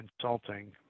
consulting